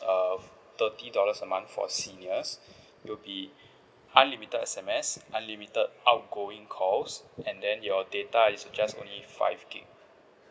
uh thirty dollars a month for seniors it will be unlimited S_M_S unlimited outgoing calls and then your data it's just only five gig